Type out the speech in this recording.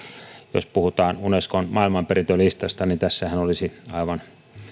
jos puhutaan unescon maailmanperintölistasta niin tässähän olisi aivan